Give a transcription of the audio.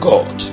God